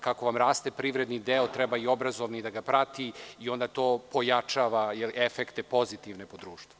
Kako vam raste privredni deo, treba i obrazovni da ga prati i onda to pojačava efekte pozitivne po društvo.